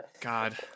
God